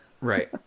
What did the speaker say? Right